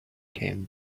came